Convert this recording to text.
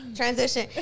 transition